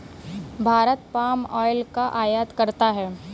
Bharat palm oil का आयात करता है